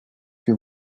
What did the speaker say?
que